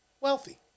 wealthy